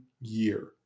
year